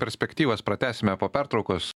perspektyvas pratęsime po pertraukos